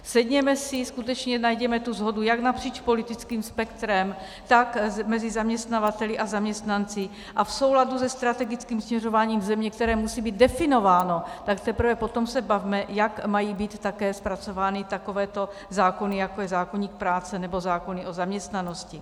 Sedněme si, skutečně najděme shodu jak napříč politickým spektrem, tak mezi zaměstnavateli a zaměstnanci a v souladu se strategickým směřováním země, které musí být definováno, tak teprve potom se bavme, jak mají být také zpracovány takovéto zákony, jako je zákoník práce nebo zákony o zaměstnanosti.